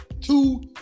Two